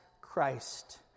Christ